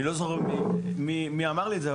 אני לא זוכר מי אמר לי את זה,